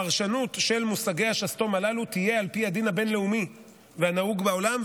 הפרשנות של מושגי השסתום הללו תהיה על פי הדין הבין-לאומי והנהוג בעולם,